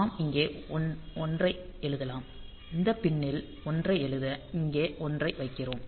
நாம் இங்கே 1 ஐ எழுதலாம் இந்த பின் னில் 1 ஐ எழுத இங்கே 1 ஐ வைக்கிறோம்